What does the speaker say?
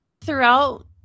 throughout